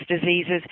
diseases